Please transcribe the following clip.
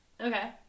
Okay